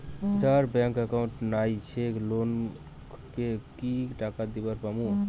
যার bank account নাই সেই লোক কে ও কি টাকা দিবার পামু?